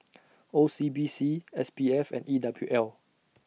O C B C S P F and E W L